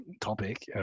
topic